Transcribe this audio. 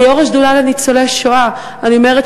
כיו"ר השדולה לניצולי השואה אני אומרת